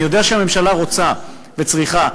ואני יודע שהממשלה רוצה וצריכה.